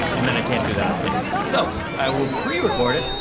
and then i can't do that on stage. so i will pre-recorded it.